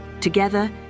Together